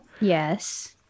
yes